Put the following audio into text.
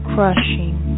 Crushing